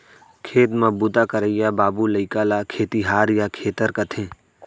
खेत म बूता करइया बाबू लइका ल खेतिहार या खेतर कथें